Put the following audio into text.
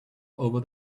over